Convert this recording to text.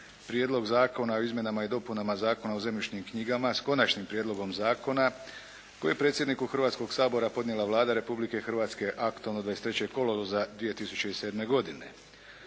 Prijedlog Zakona o izmjenama i dopunama Zakona o zemljišnim knjigama s Konačnim prijedlogom zakona koji je predsjedniku Hrvatskog sabora podnijela Vlada Republike Hrvatske aktom od 23. kolovoza 2007. godine.